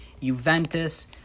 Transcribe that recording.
Juventus